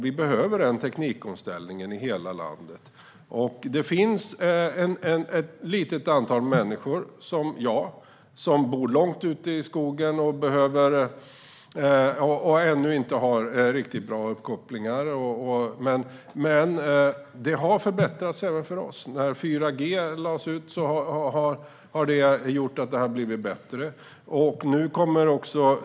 Vi behöver denna teknikomställning i hela landet. Det finns ett litet antal människor, som jag, som bor långt ute i skogen och som ännu inte har riktigt bra uppkopplingar. Men det har förbättrats även för oss. Sedan 4G lades ut har det blivit bättre.